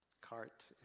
cart